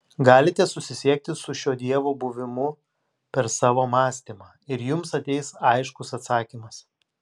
galite susisiekti su šiuo dievo buvimu per savo mąstymą ir jums ateis aiškus atsakymas